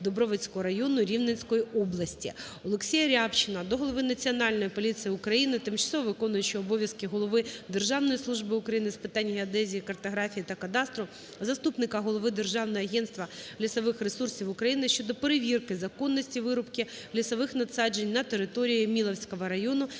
Дубровицького району Рівненської області. ОлексіяРябчина до Голови Національної поліції України, тимчасово виконуючого обов'язки Голови Державної служби України з питань геодезії, картографії та кадастру, заступника Голови Державного агентства лісових ресурсів України щодо перевірки законності вирубки лісових насаджень на території Міловського району